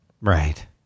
Right